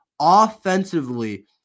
offensively